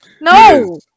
No